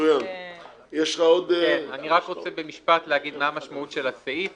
אני רוצה להגיד במשפט מה המשמעות של הסעיף.